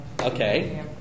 Okay